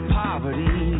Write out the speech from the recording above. poverty